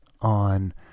on